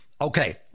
Okay